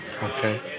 Okay